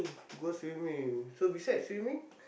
go swimming so besides swimming